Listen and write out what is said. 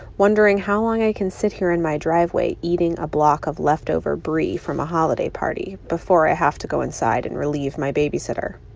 wondering how long i can sit here in my driveway eating a block of leftover brie from a holiday party before i have to go inside and relieve my babysitter.